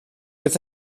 oedd